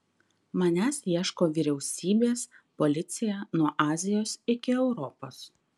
manęs ieško vyriausybės policija nuo azijos iki europos